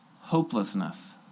hopelessness